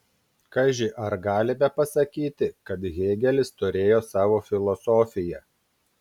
kaži ar galime pasakyti kad hėgelis turėjo savo filosofiją